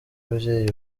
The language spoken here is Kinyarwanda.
ababyeyi